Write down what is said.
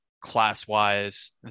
class-wise